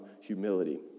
humility